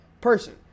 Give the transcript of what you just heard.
person